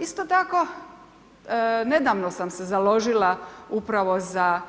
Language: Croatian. Isto tako nedavno sam se založila upravo za